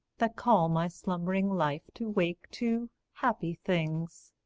that call my slumbering life to wake to happy things.